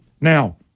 Now